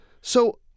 So-